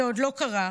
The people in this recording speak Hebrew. זה עוד לא קרה,